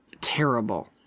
terrible